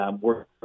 work